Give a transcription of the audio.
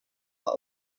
more